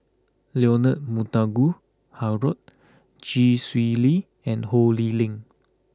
Leonard Montague Harrod Chee Swee Lee and Ho Lee Ling